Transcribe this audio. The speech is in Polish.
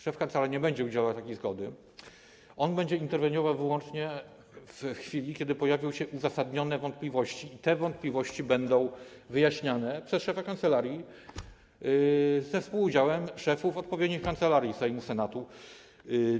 Szef kancelarii nie będzie udzielał takiej zgody, on będzie interweniował wyłącznie w chwili, kiedy pojawią się uzasadnione wątpliwości, i te wątpliwości będą wyjaśniane przez szefa kancelarii przy współudziale szefów odpowiednio kancelarii Sejmu, Senatu.